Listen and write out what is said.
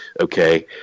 okay